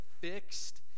fixed